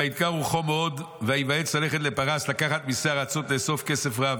וידכא רוחו מאוד וייוועץ ללכת לפרס ולקחת מיסי הארצות לאסוף כסף רב.